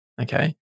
Okay